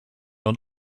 und